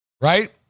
Right